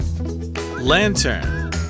lantern